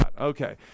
Okay